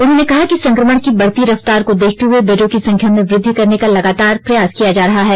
उन्होंने कहा कि संक्रमण की बढ़ती रफ्तार को देखते हुए बेडों की संख्या में वृद्धि करने का लगातार प्रयास किया जा रहा है